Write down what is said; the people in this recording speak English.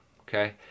okay